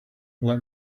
let